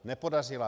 Nepodařila.